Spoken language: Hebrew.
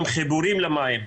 גם חיבורים למים.